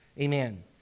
amen